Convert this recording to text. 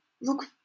look